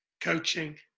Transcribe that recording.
coaching